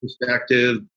perspective